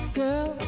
girl